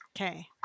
Okay